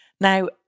Now